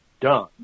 done